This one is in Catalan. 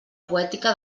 poètica